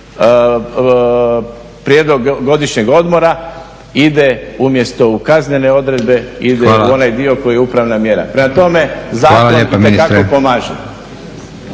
prijedlog godišnjeg odmora ide umjesto u kaznene odredbe ide u onaj dio koji je upravna mjera. Prema tome zakon itekako pomaže.